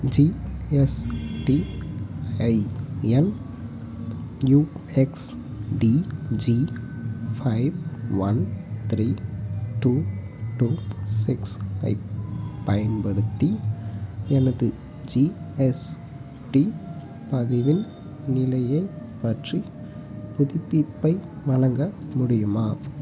GST IN UXTG five one three two two six ஐப் பயன்படுத்தி எனது ஜிஎஸ்டி பதிவின் நிலையைப் பற்றி புதுப்பிப்பை வழங்க முடியுமா